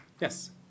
Yes